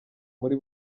muri